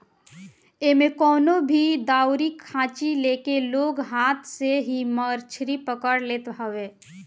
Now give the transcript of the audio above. एमे कवनो भी दउरी खाची लेके लोग हाथ से ही मछरी पकड़ लेत हवे